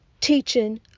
teaching